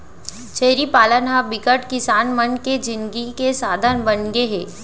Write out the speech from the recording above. छेरी पालन ह बिकट किसान मन के जिनगी के साधन बनगे हे